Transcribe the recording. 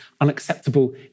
unacceptable